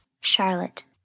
charlotte